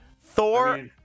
Thor